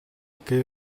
che